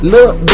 Look